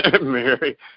Mary